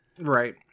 Right